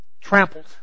trampled